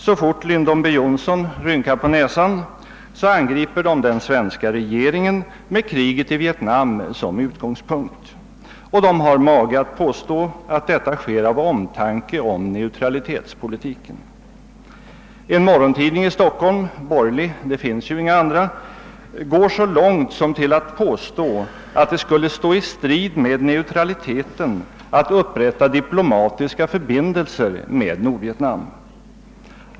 Så fort Lyndon B. Johnson rynkar på näsan angriper man den svenska regeringen med kriget i Vietnam som utgångspunkt. Och man har mage att påstå att detta sker av omtanke om neutralitetspolitiken. En morgontidning i Stockholm — borgerlig, det finns ju inga andra — går så långt som att påstå att det skulle stå i strid mot neutraliteten att upp rätta diplomatiska förbindelser med Nordvietnam.